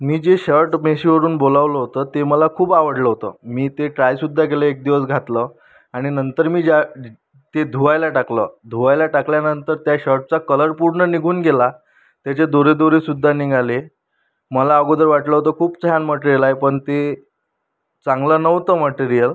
मी जे शर्ट मेशोवरून बोलावलं होतं ते मला खूप आवडलं होतं मी ते ट्रायसुद्धा केलं एक दिवस घातलं आणि नंतर मी ज्या ते धुवायला टाकलं धुवायला टाकल्यानंतर त्या शर्टचा कलर पूर्ण निघून गेला त्याचे दोरेदोरेसुद्धा निघाले मला अगोदर वाटलं होतं खूप छान मटेरियल आहे पण ते चांगलं नव्हतं मटेरियल